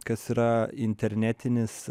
kas yra internetinis